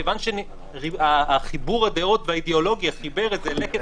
כיוון שחיבור הדעות והאידיאולוגיה חיבר את זה ללקט